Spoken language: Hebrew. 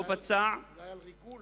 לא פצע, אולי על ריגול.